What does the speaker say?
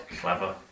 Clever